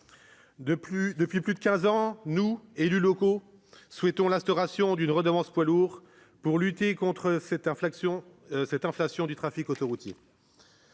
Depuis plus de quinze ans, nous, élus locaux, souhaitons l'instauration d'une redevance poids lourds pour lutter contre cette inflation du trafic autoroutier.